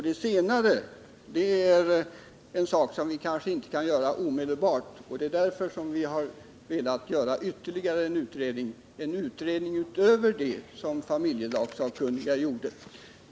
Det senare är en sak som vi kanske inte kan genomföra omedelbart, och därför har vi velat ha ytterligare en utredning utöver den som familjelagssakkunniga gjorde.